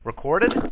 Recorded